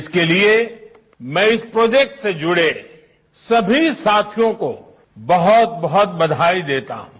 इसके लिए मैं इस प्रोजेक्ट से जुडे सभी साथियों को बहुत बहुत बधाई देता हूं